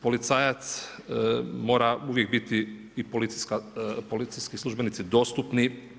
Policajac mora uvijek biti i policijski službenici dostupni.